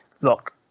look